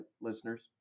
listeners